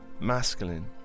masculine